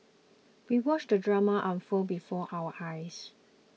we watched the drama unfold before our eyes